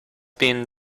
been